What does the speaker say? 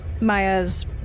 Maya's